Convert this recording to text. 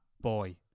boy